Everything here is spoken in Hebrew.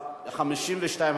52),